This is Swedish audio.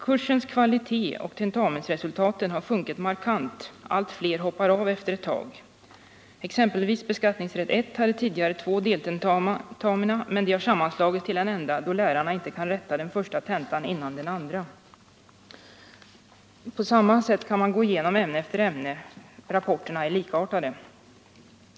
Kursens kvalitet och tentamensresultaten har sjunkit markant. Allt fler hoppar av efter ett tag. Exempelvis Beskattningsrätt I hade tidigare två deltentamina, men de har sammanslagits till en enda då lärarna inte kan rätta den första tentan innan den andra.” På samma sätt kan man gå igenom ämne för ämne. Rapporterna är likartade.